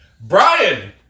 Brian